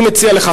אני מציע לך,